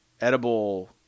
edible